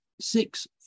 six